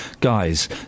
guys